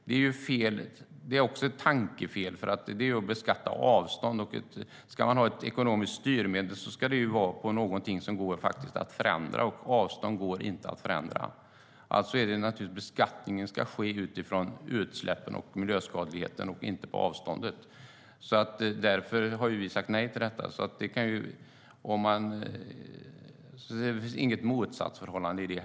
Det är ett tankefel, för det innebär att beskatta avstånd. Ska man ha ett ekonomiskt styrmedel ska det gälla något som går att förändra, men avstånd går inte att förändra. Beskattningen ska ske utifrån utsläppen och miljöskadligheten och inte avståndet. Därför har vi sagt nej till detta. Det finns inget motsatsförhållande i det.